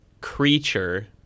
creature